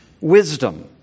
wisdom